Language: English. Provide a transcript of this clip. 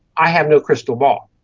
i have no crystal ball.